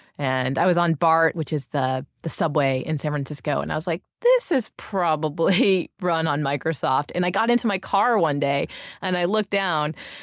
and i was on bart, which is the the subway in san francisco and i was like, this is probably run on microsoft. and i got into my car one day and i looked down,